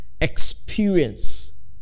experience